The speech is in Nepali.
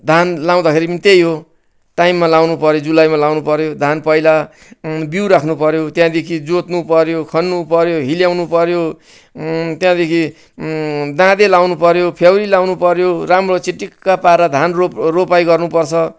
धान लगाउँदा खेरि पनि त्यही हो टाइममा लगाउनु पऱ्यो जुलाईमा लगाउनु पऱ्यो धान पहिला बिउ राख्नु पऱ्यो त्यहाँदेखि जोत्नु पऱ्यो खन्नु पऱ्यो हिल्याउनु पऱ्यो त्यहाँदेखि दाँते लगाउनु पऱ्यो फ्याउरी लगाउनु पऱ्यो राम्रो चिटिक्क पारेर धान रोप रोपाइँ गर्नु पर्छ